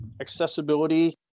accessibility